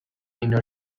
inner